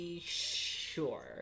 Sure